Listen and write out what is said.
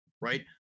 right